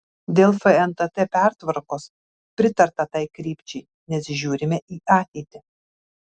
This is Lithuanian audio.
dėl fntt pertvarkos pritarta tai krypčiai nes žiūrime į ateitį